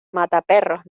mataperros